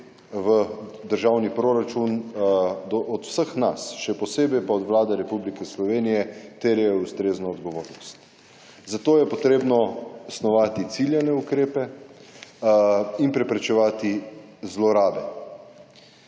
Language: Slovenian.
v državni proračun od vseh nas, še posebej pa od Vlade Republike Slovenije terjajo ustrezno odgovornost. Zato je potrebno snovati ciljane ukrepe in preprečevati zlorabe.